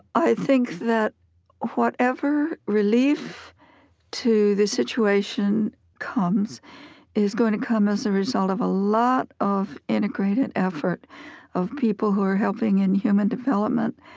i think that whatever relief to the situation comes is going to come as a result of a lot of integrated effort of people who are helping in human development,